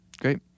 Great